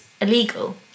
illegal